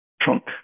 Trunk